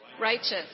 Righteous